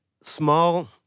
small